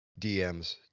DMs